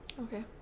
Okay